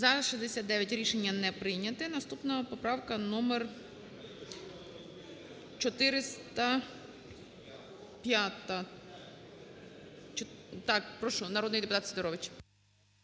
За-69 Рішення не прийнято. Наступна поправка - номер 405. Прошу, народний депутат Сидорович.